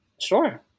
Sure